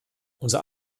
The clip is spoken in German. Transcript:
unser